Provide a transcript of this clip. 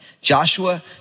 Joshua